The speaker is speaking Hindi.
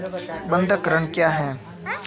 बंधक ऋण क्या है?